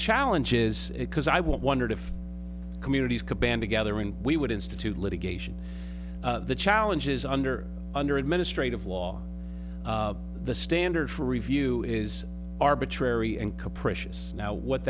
challenge is because i wondered if communities could band together and we would institute litigation the challenges under under administrative law the standard for review is arbitrary and